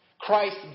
Christ